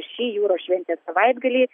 šį jūros šventės savaitgalį